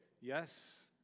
Yes